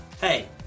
Hey